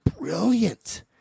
brilliant